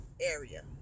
area